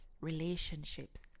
relationships